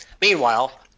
Meanwhile